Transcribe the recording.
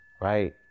right